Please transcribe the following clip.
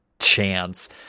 chance